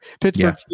Pittsburgh